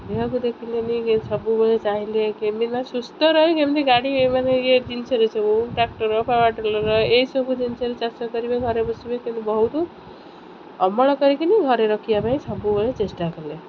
ଏହାକୁ ଦେଖିଲେନି ସବୁବେଳେ ଚାହିଁଲେ କେମିତି ନା ସୁସ୍ଥ ରହେ କେମିତି ଗାଡ଼ି ମାନେ ଇଏ ଜିନିଷରେ ସବୁ ଟ୍ରାକ୍ଟର୍ ପାୱାର୍ ଟିଲର୍ ଏହି ସବୁ ଜିନିଷରେ ଚାଷ କରିବେ ଘରେ ବସିବେ କିନ୍ତୁ ବହୁତ ଅମଳ କରିକିନି ଘରେ ରଖିବା ପାଇଁ ସବୁବେଳେ ଚେଷ୍ଟା କଲେ